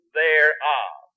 thereof